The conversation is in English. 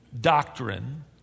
doctrine